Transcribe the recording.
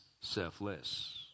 selfless